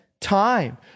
time